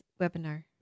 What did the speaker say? webinar